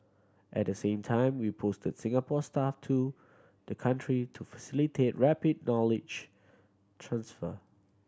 at the same time we posted Singapore staff to the country to facilitate rapid knowledge transfer